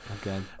Okay